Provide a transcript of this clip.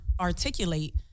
articulate